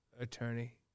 attorney